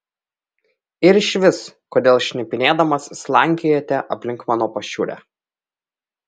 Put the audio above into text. ir išvis kodėl šnipinėdamas slankiojate aplink mano pašiūrę